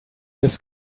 this